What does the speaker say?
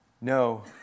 no